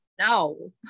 no